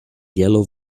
yellow